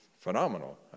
phenomenal